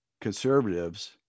conservatives